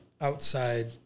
outside